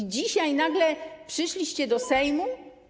I dzisiaj nagle przyszliście do Sejmu?